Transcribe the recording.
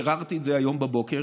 ביררתי את זה היום בבוקר,